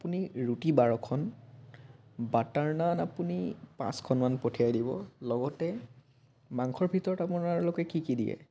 আপুনি ৰুটি বাৰখন বাটাৰ নান আপুনি পাঁচখনমান পঠিয়াই দিব লগতে মাংসৰ ভিতৰত আপোনালোকে কি কি দিয়ে